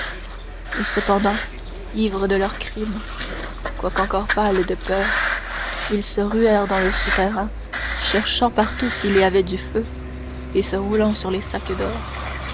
et cependant ivres de leur crime quoique encore pâles de peur ils se ruèrent dans le souterrain cherchant partout s'il y avait du feu et se roulant sur les sacs d'or